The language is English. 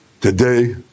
today